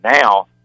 now